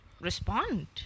respond